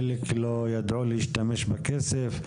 חלק לא ידעו להשתמש בכסף,